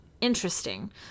interesting